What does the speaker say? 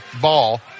ball